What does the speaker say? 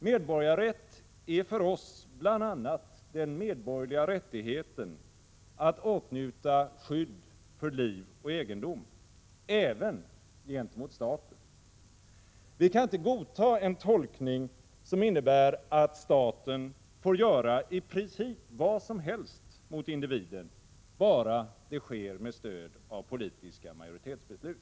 Medborgarrätt är för oss bl.a. den medborgerliga rättigheten att åtnjuta skydd för liv och egendom även gentemot staten. Vi kan inte godta en tolkning som innebär att staten får göra i princip vad som helst mot individen bara det sker med stöd av politiska majoritetsbeslut.